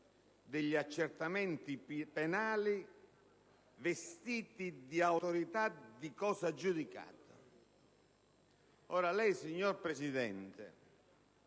degli accertamenti penali vestiti di autorità di cosa giudicata.